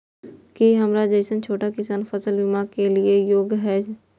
की हमर जैसन छोटा किसान फसल बीमा के लिये योग्य हय?